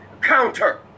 counter